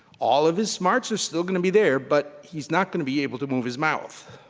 all of his smarts are still gonna be there, but he's not gonna be able to move his mouth.